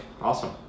Awesome